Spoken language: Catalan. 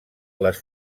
les